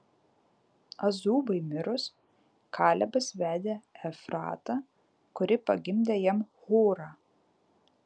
azubai mirus kalebas vedė efratą kuri pagimdė jam hūrą